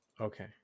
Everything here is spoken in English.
Okay